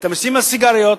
את המסים על סיגריות,